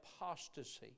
apostasy